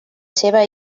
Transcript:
seva